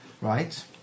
Right